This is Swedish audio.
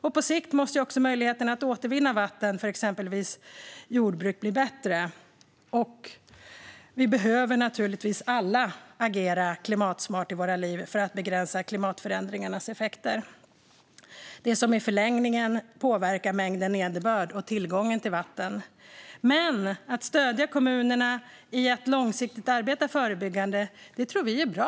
På sikt måste också möjligheterna att återvinna vatten, för exempelvis jordbruk, bli bättre. Vi behöver naturligtvis alla agera klimatsmart i våra liv för att begränsa klimatförändringarnas effekter. Det påverkar i förlängningen mängden nederbörd och tillgången på vatten. Men att stödja kommunerna i att långsiktigt arbeta förebyggande tror vi är bra.